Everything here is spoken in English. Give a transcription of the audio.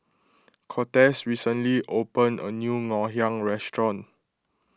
Cortez recently opened a new Ngoh Hiang restaurant